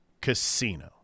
Casino